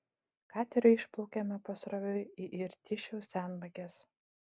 kateriu išplaukėme pasroviui į irtyšiaus senvages